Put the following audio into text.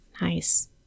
nice